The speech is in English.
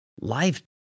life